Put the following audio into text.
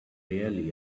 really